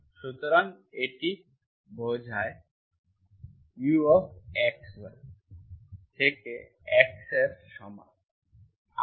সুতরাং এটি বোঝায় ux y ux0y x0xMxy dx y x0 থেকে xএর সমান